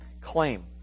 claim